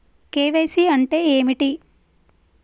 KYC అంటే ఏమిటి?